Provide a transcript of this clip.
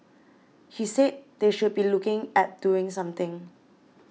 he said they should be looking at doing something